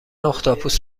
اختاپوس